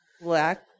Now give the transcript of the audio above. black